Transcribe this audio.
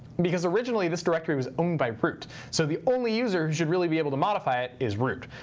because originally, this directory was owned by root. so the only user who should really be able to modify it is root.